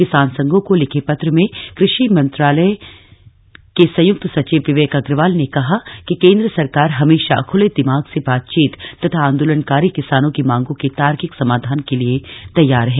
किसान संघों को लिखे पत्र में कृषि मंत्रालय के संयुक्त सचिव विवेक अग्रवाल ने कहा कि केंद्र सरकार हमेशा खुले दिमाग से बातचीत तथा आंदोलनकारी किसानों की मांगों के तार्किक समाधान के लिए तैयार है